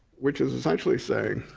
which is essentially saying,